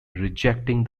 rejecting